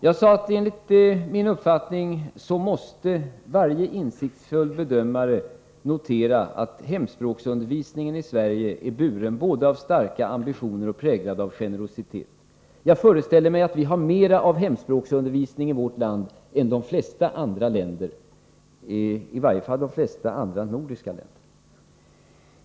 Jag sade att enligt min uppfattning måste varje insiktsfull bedömare notera att hemspråksundervisningen i Sverige både är buren av starka ambitioner och präglad av generositet. Jag föreställer mig att vi har mera av hemspråksundervisning i vårt land än vad man har i de flesta andra länder —i varje fall de flesta andra nordiska länderna.